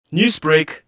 Newsbreak